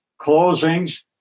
closings